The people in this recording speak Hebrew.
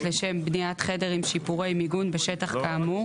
לשם בניית חדר עם שיפורי מיגון בשטח כאמור,